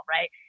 right